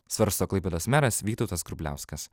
svarsto klaipėdos meras vytautas grubliauskas